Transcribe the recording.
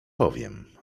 powiem